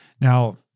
Now